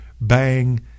bang